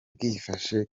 bwifashe